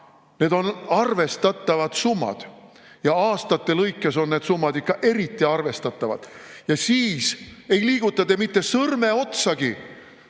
Need on arvestatavad summad ja aastate lõikes on need summad ikka eriti arvestatavad. Te ei liiguta mitte sõrmeotsagi,